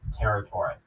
territory